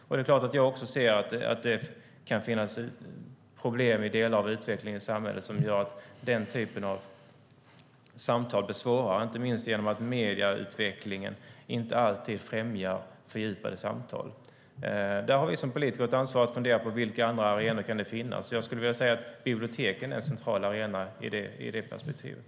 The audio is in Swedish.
Jag ser också att det kan finnas problem i delar av utvecklingen i samhället som gör att den typen av samtal blir svårare, inte minst genom att medieutvecklingen inte alltid främjar fördjupade samtal. Där har vi som politiker ett ansvar att fundera på vilka andra arenor det kan finnas. Jag skulle vilja säga att biblioteken är en central arena i det perspektivet.